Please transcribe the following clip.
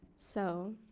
so